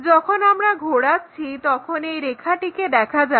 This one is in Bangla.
যখন আমরা ঘোরাচ্ছি তখন এই রেখাটিকে দেখা যাবে